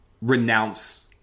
renounce